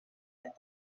like